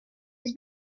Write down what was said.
his